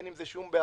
אין עם זה שום בעיה.